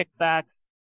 kickbacks